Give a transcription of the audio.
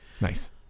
Nice